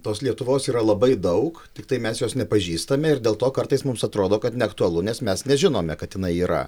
tos lietuvos yra labai daug tiktai mes jos nepažįstame ir dėl to kartais mums atrodo kad neaktualu nes mes nežinome kad jinai yra